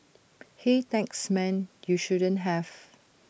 hey thanks man you shouldn't have